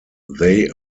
they